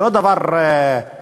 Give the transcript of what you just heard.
זה לא דבר קל,